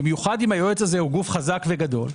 במיוחד אם היועץ הזה הוא גוף חזק וגדול,